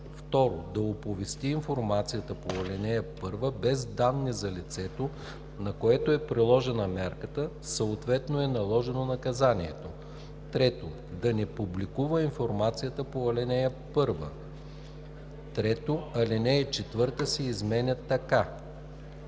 2. да оповести информацията по ал. 1 без данни за лицето, на което е приложена мярката, съответно е наложено наказанието; 3. да не публикува информацията по ал. 1.“ 3. Алинея 4 се изменя така: